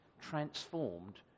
transformed